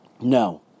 No